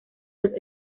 los